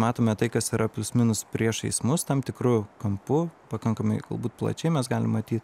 matome tai kas yra plius minus priešais mus tam tikru kampu pakankamai galbūt plačiai mes galim maty